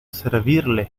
servirle